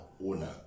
owner